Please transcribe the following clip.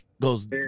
Goes